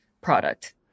product